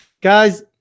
Guys